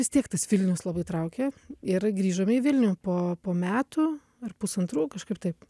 vis tiek tas vilnius labai traukė ir grįžome į vilnių po po metų ar pusantrų kažkaip taip